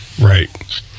Right